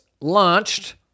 launched